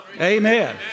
Amen